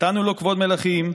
נתנו לו כבוד מלכים,